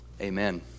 Amen